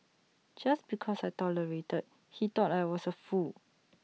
just because I tolerated he thought I was A fool